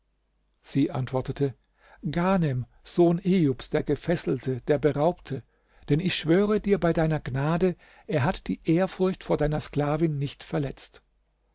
sie antwortete ghanem sohn ejubs der gefesselte der beraubte denn ich schwöre dir bei deiner gnade er hat die ehrfurcht vor deiner sklavin nicht verletzt